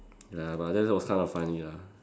ya but then that was kind of funny lah